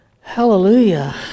hallelujah